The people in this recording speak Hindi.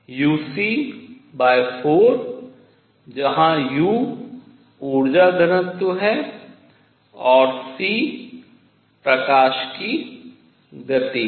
uc4 जहां u ऊर्जा घनत्व है और c प्रकाश की गति है